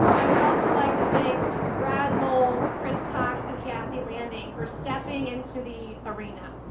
i would also like to thank brad mole, chris cox and kathy landing for stepping into the arena.